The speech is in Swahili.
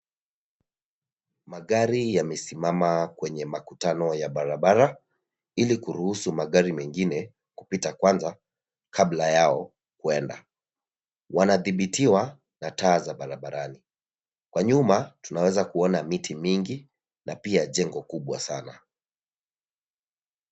Magari yamesimama kwenye makutano ya barabara ili kuruhusu magari mengine kupita kwanza kabla yao kuenda. Wanadhibitiwa na taa za barabarani. Kwa nyuma tunaweza kuona miti mingi na pia jengo kubwa sana.